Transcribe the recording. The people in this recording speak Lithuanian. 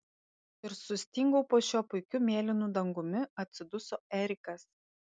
ir sustingau po šiuo puikiu mėlynu dangumi atsiduso erikas